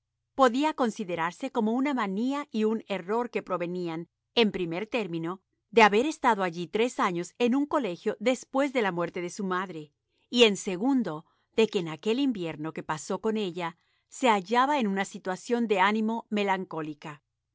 podía considerarse como una manía y un error que provenían en primer término de haber estado allí tres años en un colegio después de la muerte de su madre y en segundo de que en aquel invierno que pasó con ella se hallaba en una situación de ánimo melancólica